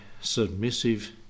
submissive